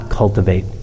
cultivate